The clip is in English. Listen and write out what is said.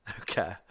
Okay